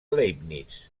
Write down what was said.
leibniz